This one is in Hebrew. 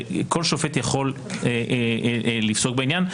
שכל שופט יכול לפסוק בעניין.